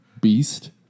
beast